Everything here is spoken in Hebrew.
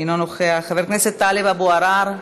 אינו נוכח, חבר הכנסת טלב אבו עראר,